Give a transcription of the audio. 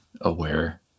aware